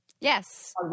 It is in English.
Yes